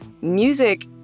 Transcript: music